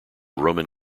roman